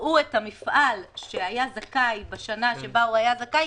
יראו את המפעל שהיה זכאי בשנה שבה הוא היה זכאי,